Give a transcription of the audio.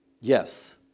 Yes